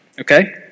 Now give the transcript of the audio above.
Okay